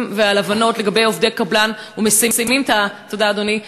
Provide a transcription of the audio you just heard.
ועל הבנות לגבי עובדי קבלן ומסיימים את המשבר,